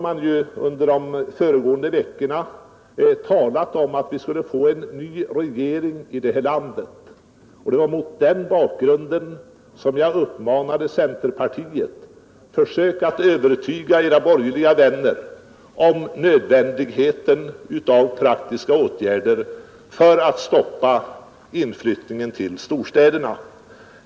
Under de föregående veckorna har man talat om att vi skulle få en ny regering. Det var mot den bakgrunden som jag uppmanade centerpartiet: Försök att övertyga era borgerliga vänner om nödvändigheten av praktiska åtgärder för att stoppa inflyttningen till storstäderna!